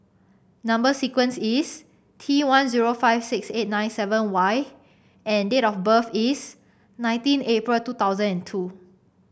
number sequence is T one zero five six eight nine seven Y and date of birth is nineteen April two thousand and two